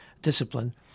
discipline